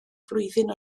flwyddyn